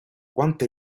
quante